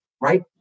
right